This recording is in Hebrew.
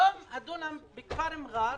היום דונם בכפר מג'אר